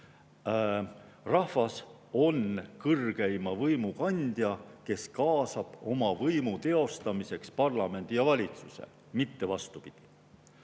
Rahvas on kõrgeima võimu kandja, kes kaasab oma võimu teostamiseks parlamendi ja valitsuse, mitte vastupidi."